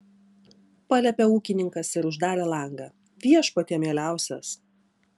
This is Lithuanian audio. paliepė ūkininkas ir uždarė langą viešpatie mieliausias